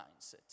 mindset